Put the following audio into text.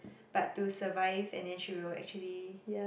but to survive and then she will actually